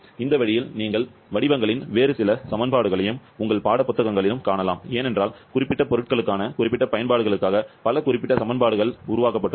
இந்த வழியில் நீங்கள் வடிவங்களின் வேறு சில சமன்பாடுகளையும் உங்கள் பாடப்புத்தகங்களிலும் காணலாம் ஏனென்றால் குறிப்பிட்ட பொருட்களுக்கான குறிப்பிட்ட பயன்பாடுகளுக்காக பல குறிப்பிட்ட சமன்பாடுகள் உருவாக்கப்பட்டுள்ளன